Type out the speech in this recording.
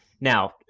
Now